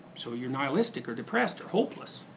so you're nihilistic or depressed or hopeless.